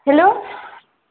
hello